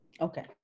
Okay